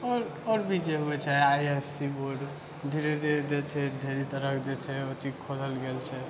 आओर आओर भी जे होइ छै I C S C board धीरे धीरे जे छै ढ़ेरी तरहके जे छै अथी खोलल गेल छै